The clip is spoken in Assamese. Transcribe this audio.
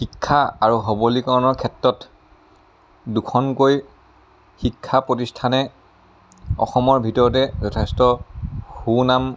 শিক্ষা আৰু সৱলীকৰণৰ ক্ষেত্ৰত দুখনকৈ শিক্ষা প্ৰতিষ্ঠানে অসমৰ ভিতৰতে যথেষ্ট সুনাম